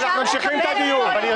אפשר לקבל אותו?